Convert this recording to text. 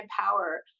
power